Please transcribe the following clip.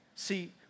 See